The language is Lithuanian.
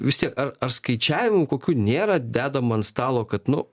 vis tiek ar ar skaičiavimų kokių nėra dedam ant stalo kad nu